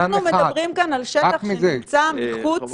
אנחנו מדברים כאן על שטח שנמצא מחוץ